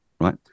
right